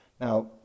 Now